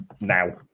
now